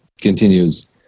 continues